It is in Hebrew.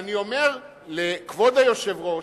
ואני אומר לכבוד היושב-ראש,